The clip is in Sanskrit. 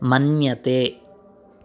मन्यते